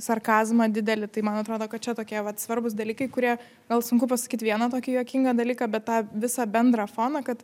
sarkazmą didelį tai man atrodo kad čia tokie vat svarbūs dalykai kurie gal sunku pasakyt vieną tokį juokingą dalyką bet tą visą bendrą foną kad